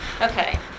okay